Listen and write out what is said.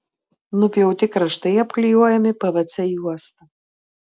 nupjauti kraštai apklijuojami pvc juosta